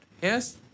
yes